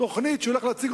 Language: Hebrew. תוכנית שהוא הולך להציג,